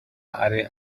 ari